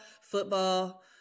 football